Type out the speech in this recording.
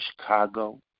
Chicago